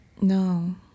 no